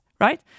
right